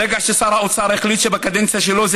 ברגע ששר האוצר החליט שבקדנציה שלו זה